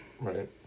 Right